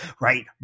right